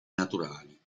naturali